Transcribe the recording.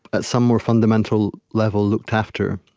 at some more fundamental level, looked after.